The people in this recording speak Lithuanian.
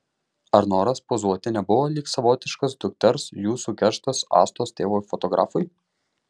ar noras pozuoti nebuvo lyg savotiškas dukters jūsų kerštas astos tėvui fotografui